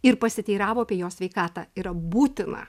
ir pasiteiravo apie jos sveikatą yra būtina